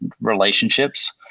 relationships